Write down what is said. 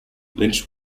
lynch